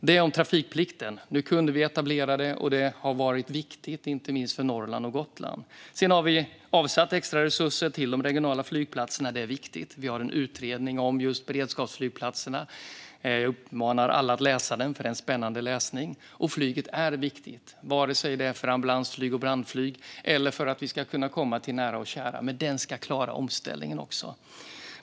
Detta om trafikplikten - nu kunde vi etablera detta, och det har varit viktigt inte minst för Norrland och Gotland. Sedan har vi avsatt extra resurser till de regionala flygplatserna, och det är viktigt. Vi har en utredning om just beredskapsflygplatserna. Jag uppmanar alla att läsa den, för det är spännande läsning. Flyget är viktigt vare sig det gäller ambulansflyg och brandflyg eller att vi ska kunna komma till nära och kära, men det ska också klara omställningen.